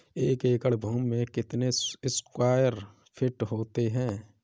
एक एकड़ भूमि में कितने स्क्वायर फिट होते हैं?